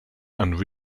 and